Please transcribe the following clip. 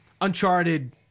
Uncharted